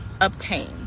obtain